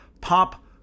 pop